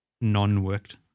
non-worked